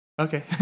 Okay